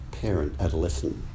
parent-adolescent